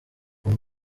uwo